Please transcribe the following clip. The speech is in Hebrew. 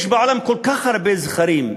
יש בעולם כל כך הרבה זכרים,